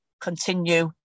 continue